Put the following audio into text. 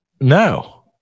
No